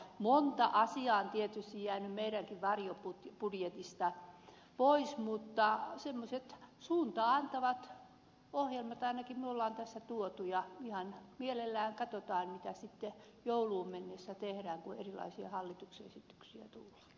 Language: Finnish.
monta asiaa on tietysti jäänyt meidänkin varjobudjetistamme pois mutta semmoiset suuntaa antavat ohjelmat ainakin me olemme tässä tuoneet ja ihan mielellään katsomme mitä sitten jouluun mennessä tehdään kun erilaisia hallituksen esityksiä tehdään